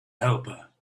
helper